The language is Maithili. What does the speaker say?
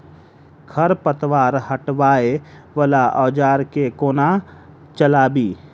खरपतवार हटावय वला औजार केँ कोना चलाबी?